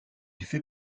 fait